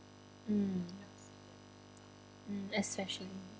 mm mm especially